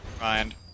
Mind